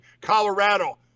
Colorado